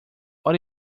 what